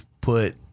put